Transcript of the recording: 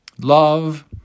love